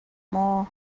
maw